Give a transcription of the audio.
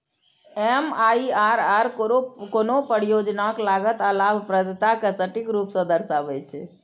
MIRR कोनो परियोजनाक लागत आ लाभप्रदता कें सटीक रूप सं दर्शाबै छै